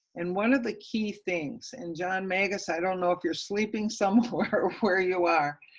and one of the key things and john magus, i don't know if you're sleeping somewhere, or where you are,